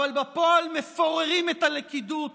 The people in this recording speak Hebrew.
אבל בפועל מפוררים את הלכידות